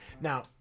Now